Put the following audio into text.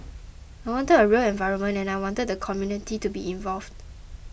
I wanted a real environment and I wanted the community to be involved